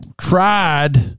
tried